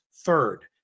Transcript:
third